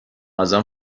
ازم